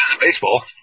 Baseball